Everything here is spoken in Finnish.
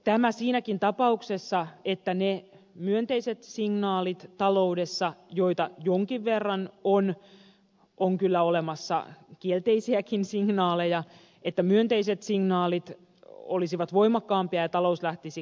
tämä siinäkin tapauksessa että ne myönteiset signaalit taloudessa joita jonkin verran on on kyllä olemassa kielteisiäkin signaaleja olisivat voimakkaampia ja talous lähtisi kasvuun